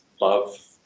love